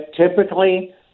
typically